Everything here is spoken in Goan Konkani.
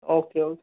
ओके ओ